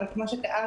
אבל כפי שתיארתם,